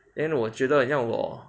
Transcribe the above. then 我觉得很像我